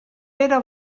pere